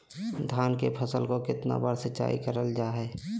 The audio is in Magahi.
धान की फ़सल को कितना बार सिंचाई करल जा हाय?